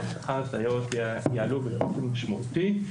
על כך ששכר הסייעות יעלה באופן משמעותי.